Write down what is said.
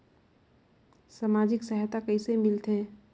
समाजिक सहायता कइसे मिलथे?